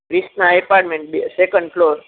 Krishna apartment बि आहे second floor